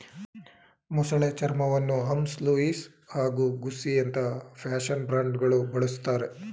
ಮೊಸಳೆ ಚರ್ಮವನ್ನು Hermes Louis ಹಾಗೂ ಗುಸ್ಸಿಯಂತ ಫ್ಯಾಷನ್ ಬ್ರ್ಯಾಂಡ್ಗಳು ಬಳುಸ್ತರೆ